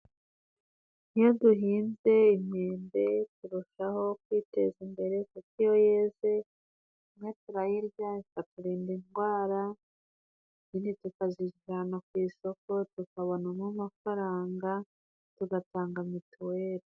Iyo duhinze imyembe turushaho kwiteza imbere, kuko iyo yeze imwe turayirya ikaturinda indwara, izindi tukazijyana ku isoko tukabonamo amafaranga, tugatanga mituweli.